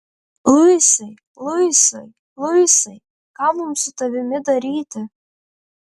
luisai luisai luisai ką mums su tavimi daryti